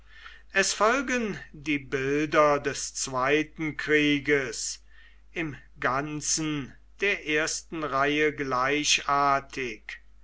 es folgen die bilder des zweiten krieges im ganzen der ersten reihe gleichartig